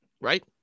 right